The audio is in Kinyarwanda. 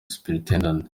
supt